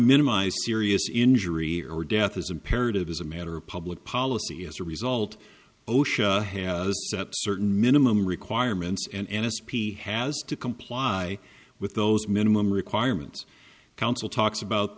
minimize serious injury or death is imperative as a matter of public policy as a result osha has certain minimum requirements and n s p has to comply with those minimum requirements council talks about